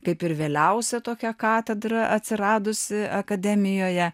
kaip ir vėliausia tokia katedra atsiradusi akademijoje